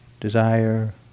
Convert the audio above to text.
desire